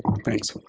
um thanks.